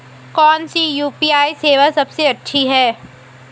कौन सी यू.पी.आई सेवा सबसे अच्छी है?